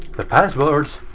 the password